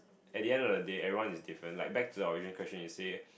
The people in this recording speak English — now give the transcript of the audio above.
at the end of the day everyone is different like back to the original question you say